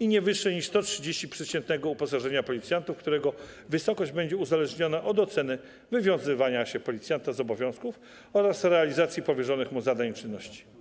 i nie wyższej niż 130% przeciętnego uposażenia policjantów, którego wysokość będzie uzależniona od oceny wywiązywania się policjanta z obowiązków oraz realizacji powierzonych mu zadań i czynności.